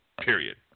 period